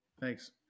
Thanks